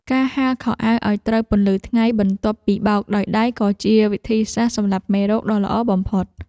ការហាលខោអាវឱ្យត្រូវពន្លឺថ្ងៃបន្ទាប់ពីបោកដោយដៃក៏ជាវិធីសាស្ត្រសម្លាប់មេរោគដ៏ល្អបំផុត។